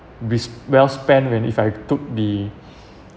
be s~ well spent when if I took the